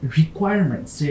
requirements